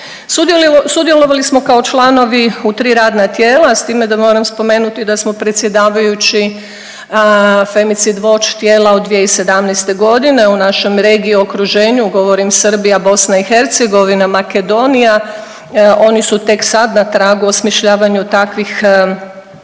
Sudjelovali smo kao članovi u tri radna tijela, s time da moram spomenuti da smo predsjedavajući Femicide Watch tijela od 2017. godine u našem regiji i okruženju, govorim Srbija, BiH, Makedonija oni su tek sad na tragu osmišljavanju takvih